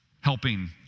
helping